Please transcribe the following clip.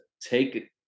take